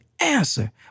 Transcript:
answer